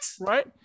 right